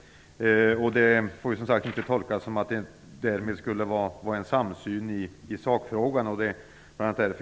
Det får, som sagt, inte tolkas så att det skulle råda en samsyn i sakfrågan.